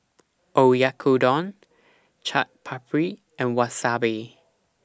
Oyakodon Chaat Papri and Wasabi